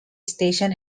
station